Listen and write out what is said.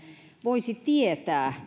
voisi tietää